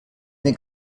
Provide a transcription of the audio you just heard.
mir